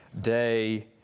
day